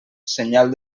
senyal